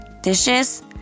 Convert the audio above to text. dishes